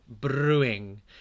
brewing